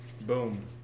Boom